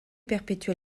perpétuel